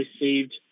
received